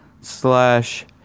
slash